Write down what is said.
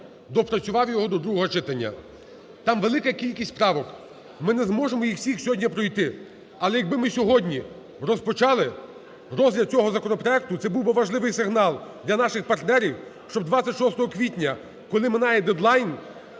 доопрацював його до другого читання. Там велика кількість правок, ми не зможемо їх всіх сьогодні пройти. Але якби ми сьогодні розпочали розгляд цього законопроекту, це був би важливий сигнал для наших партнерів, щоб 26 квітня, коли минає дедлайн,